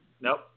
Nope